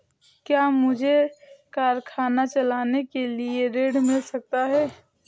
क्या मुझे कारखाना चलाने के लिए ऋण मिल सकता है?